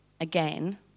again